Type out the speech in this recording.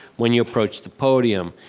when you approach the podium.